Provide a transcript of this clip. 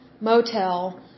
motel